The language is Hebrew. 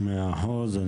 מאה אחוז.